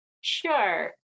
Sure